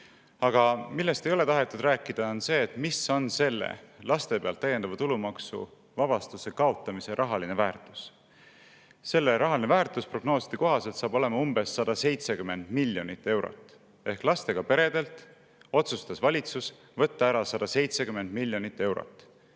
Aga millest ei ole tahetud rääkida, on see, mis on laste eest täiendava tulumaksuvabastuse kaotamise rahaline väärtus. Selle rahaline väärtus on prognooside kohaselt umbes 170 miljonit eurot. Ehk lastega peredelt otsustas valitsus võtta ära 170 miljonit eurot.